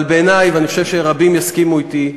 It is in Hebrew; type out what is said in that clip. אבל בעיני, ואני חושב שרבים יסכימו אתי,